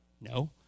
No